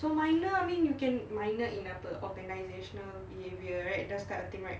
so minor I mean you can minor in apa organisational behaviour right those type of thing right